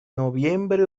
noviembre